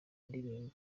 indirimbo